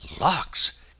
Locks